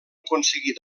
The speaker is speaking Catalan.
aconseguir